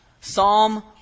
Psalm